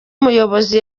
umuyobozi